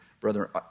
brother